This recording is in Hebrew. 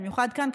במיוחד כאן,